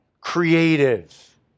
creative